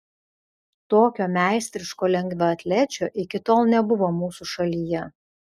tokio meistriško lengvaatlečio iki tol nebuvo mūsų šalyje